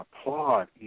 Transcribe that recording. applaud